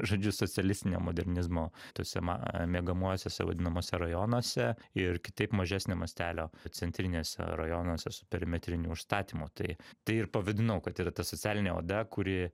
žodžiu socialistinio modernizmo tuose ma miegamuosiuose vadinamuose rajonuose ir kitaip mažesnio mastelio centriniuose rajonuose su perimetriniu užstatymu tai tai ir pavadinau kad yra ta socialinė oda kuri